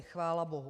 Chvála bohu.